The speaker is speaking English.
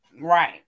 Right